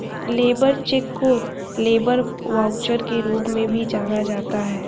labour cheque को labour voucher के रूप में भी जाना जाता है